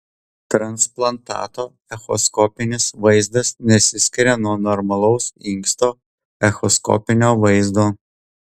transplantato echoskopinis vaizdas nesiskiria nuo normalaus inksto echoskopinio vaizdo